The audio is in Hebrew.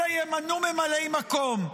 אלא ימנו ממלאי מקום.